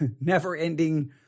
never-ending